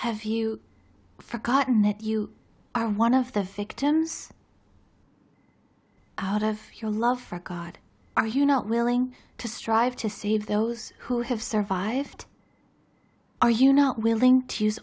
have you forgotten that you are one of the victims out of your love for god are you not willing to strive to see if those who have survived are you not willing to